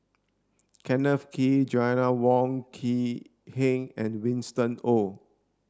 Kenneth Kee Joanna Wong Quee Heng and Winston Oh